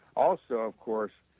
also, of course,